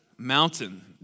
mountain